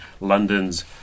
London's